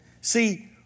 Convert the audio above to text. See